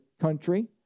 country